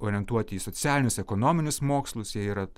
orientuoti į socialinius ekonominius mokslus jie yra